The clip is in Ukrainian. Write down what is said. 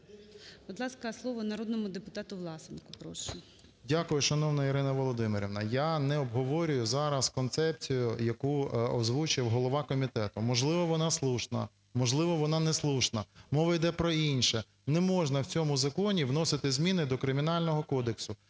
Дякую, шановна Ірина Володимирівна. Я не обговорюю зараз концепцію, яку озвучив голова комітету. Можливо вона слушна, можливо вона не слушна. Мова йде про інше: не можна в цьому законі вносити зміни до Кримінального кодексу.